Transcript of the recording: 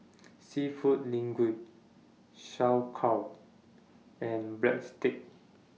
Seafood Linguine Sauerkraut and Breadsticks